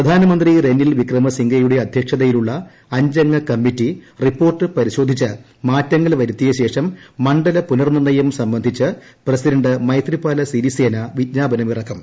പ്രധാനമന്ത്രി റെനിൻ വിക്രമസിംഗെയുടെ അധ്യക്ഷതയിലുള്ള അഞ്ചംഗ കമ്മിറ്റി റിപ്പോർട്ട് പരിശോധിച്ച് മാറ്റങ്ങൾ വരുത്തിയശേഷം മണ്ഡല പുനർനിർണയം സംബന്ധിച്ച് പ്രസിഡന്റ് മൈത്രിപാല സിരിസേന വിജ്ഞാപനമിറക്കും